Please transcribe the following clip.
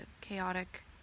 chaotic